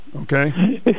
Okay